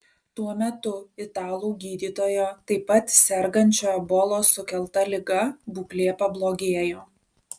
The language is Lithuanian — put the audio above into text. tuo metu italų gydytojo taip pat sergančio ebolos sukelta liga būklė pablogėjo